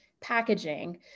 packaging